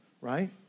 right